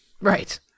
Right